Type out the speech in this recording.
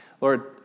Lord